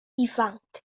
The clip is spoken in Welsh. ifanc